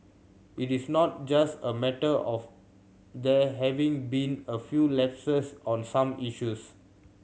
it is not just a matter of there having been a few lapses on some issues